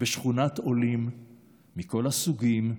בשכונת עולים מכל הסוגים,